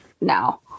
now